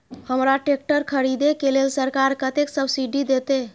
हमरा ट्रैक्टर खरदे के लेल सरकार कतेक सब्सीडी देते?